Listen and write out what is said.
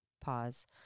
pause